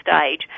stage